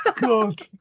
God